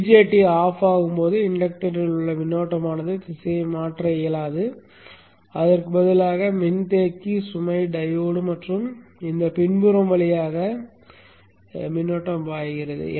BJT அணைக்கப்படும் போது இண்டக்டரில் உள்ள மின்னோட்டமானது திசையை மாற்ற முடியாது அதற்கு பதிலாக அது மின்தேக்கி சுமை டையோடு மற்றும் பின்புறம் வழியாக இந்தப் பாதையில் பாய்கிறது